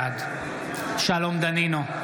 בעד שלום דנינו,